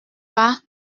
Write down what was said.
pas